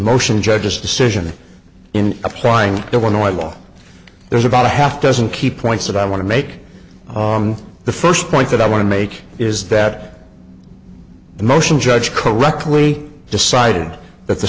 motion judge's decision in applying the one i will there's about a half dozen key points that i want to make the first point that i want to make is that the motion judge correctly decided that the